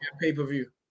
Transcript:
pay-per-view